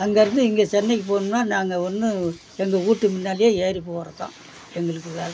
அங்கிருந்து இங்கே சென்னைக்கு போகணும்னால் நாங்கள் ஒன்று எங்கள் வீட்டு முன்னாலேயே ஏறி போகிறதுதான் எங்களுக்கு வேலை